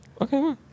Okay